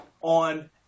on